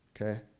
Okay